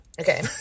Okay